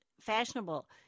fashionable